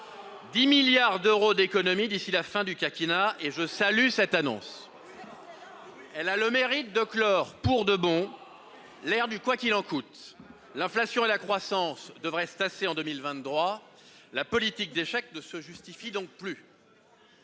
10 milliards d'euros d'économies d'ici à la fin du quinquennat. Je salue cette annonce, qui a le mérite de clore pour de bon l'ère du « quoi qu'il en coûte »! L'inflation et la croissance devraient se tasser en 2023 ; la politique des chèques ne se justifie donc plus.